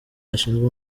ashinzwe